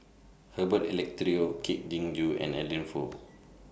Herbert Eleuterio Kwek Leng Joo and Adeline Foo